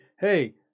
hey